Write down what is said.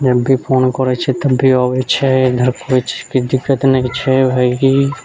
जब भी भी फोन करै छियै तब भी अबै छै इधर कोइ चीजके दिक्कत नहि छै